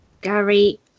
Gary